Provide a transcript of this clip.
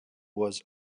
was